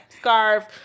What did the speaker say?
scarf